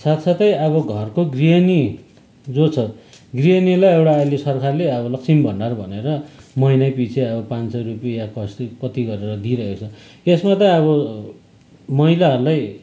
साथसाथै अब घरको गृहणी जो छ गृहिणीलाई एउटा आहिले सरकारले अब लक्ष्मी भण्डार भनेर महिनै पछि अब पाँच सौ रुपियाँ कसरी कति गरेर दिइरहेको छ यसमा त अब महिलाहरूलाई